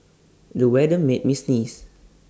the weather made me sneeze